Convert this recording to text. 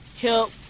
help